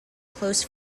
close